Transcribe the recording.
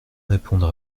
répondre